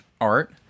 art